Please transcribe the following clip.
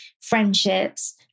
friendships